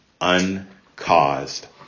uncaused